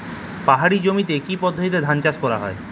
পাহাড়ী জমিতে কি পদ্ধতিতে ধান চাষ করা যায়?